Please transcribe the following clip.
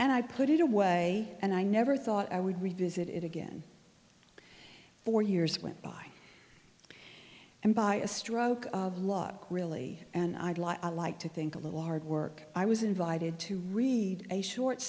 and i put it away and i never thought i would revisit it again four years went by and by a stroke of luck really and i had lot i like to think a little hard work i was invited to read a short